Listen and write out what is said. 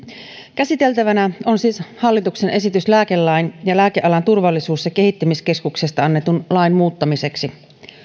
käsiteltävänä on siis hallituksen esitys lääkelain ja lääkealan turvallisuus ja kehittämiskeskuksesta annetun lain muuttamiseksi